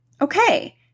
okay